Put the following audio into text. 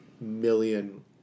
million